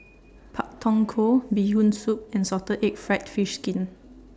Pak Thong Ko Bee Hoon Soup and Salted Egg Fried Fish Skin